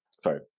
Sorry